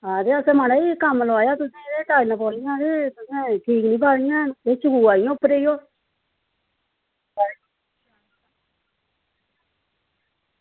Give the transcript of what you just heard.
हां ते असें महाराज कम्म लोआया हा तुसें टाइलां पाइयां हियां ते तुसें ठीक निं पाइयां न एह् चुकोआ दियां न उप्परै गी ओह्